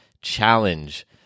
Challenge